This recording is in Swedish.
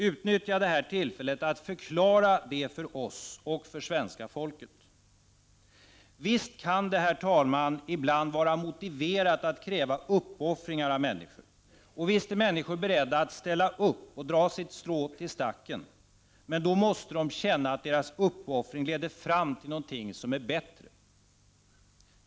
Utnyttja det här tillfället att förklara det för oss och för svenska folket. Herr talman! Visst kan det ibland vara motiverat att kräva uppoffringar av människor. Och visst är människor beredda att ställa upp och dra sitt strå till stacken — men då måste de känna att deras uppoffring leder fram till något bättre.